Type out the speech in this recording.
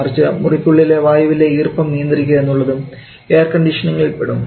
മറിച്ച് മുറിക്കുള്ളിലെ വായുവിലെ ഈർപ്പം നിയന്ത്രിക്കുക എന്നുള്ളതും എയർ കണ്ടീഷനിംഗ്ഇൽ പെടും